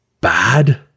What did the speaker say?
bad